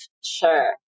Sure